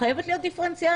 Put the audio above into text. חייבת להיות דיפרנציאלית.